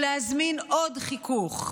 ולהזמין עוד חיכוך,